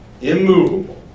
immovable